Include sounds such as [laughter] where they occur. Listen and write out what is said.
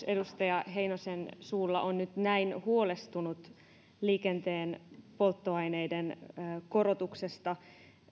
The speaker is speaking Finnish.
[unintelligible] edustaja heinosen suulla on nyt näin huolestunut liikenteen polttoaineiden korotuksesta